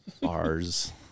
Bars